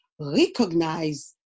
recognize